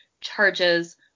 charges